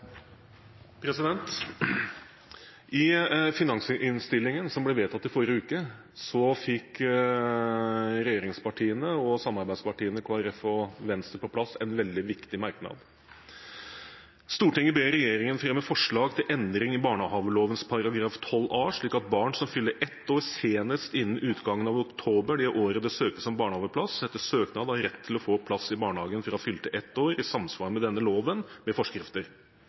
I finansinnstillingen som ble vedtatt i forrige uke, fikk regjeringspartiene og samarbeidspartiene, Kristelig Folkeparti og Venstre, på plass en veldig viktig merknad: «Stortinget ber regjeringen fremme forslag til endring i barnehagelovens § 12a slik at barn som fyller ett år senest innen utgangen av oktober det året det søkes om barnehageplass, etter søknad har rett til å få plass i barnehagen fra fylte ett år i samsvar med denne loven med forskrifter.